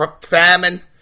famine